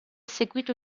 seguito